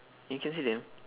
you can see them